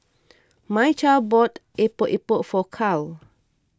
Mychal bought Epok Epok for Carl